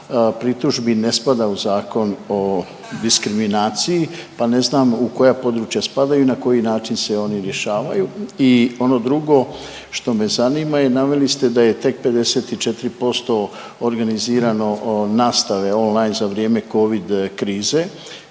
pritužbi ne spada u Zakon o diskriminaciji pa ne znam u koja područja spadaju i na koji način se oni rješavaju i ono drugo što me zanima je, naveli ste da je tek 54% organizirano nastave online za vrijeme covid krize.